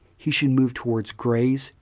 he should move towards greys,